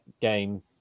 game